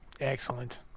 Excellent